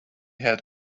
had